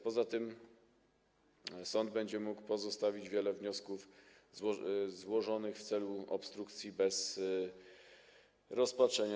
Poza tym sąd będzie mógł pozostawić wiele wniosków złożonych w celu obstrukcji bez rozpatrzenia.